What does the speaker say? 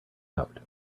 out